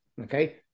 Okay